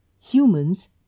Humans